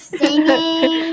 singing